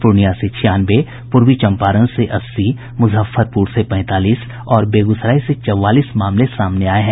पूर्णिया से छियानवे पूर्वी चंपारण से अस्सी मुजफ्फरपुर से पैंतालीस और बेगूसराय से चौवालीस मामले सामने आये हैं